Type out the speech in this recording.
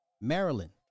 Maryland